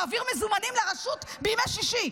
מעביר מזומנים לרשות בימי שישי,